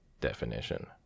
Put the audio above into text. Definition